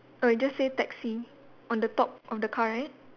oh it just say taxi on the top of the car right